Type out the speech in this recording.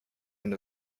and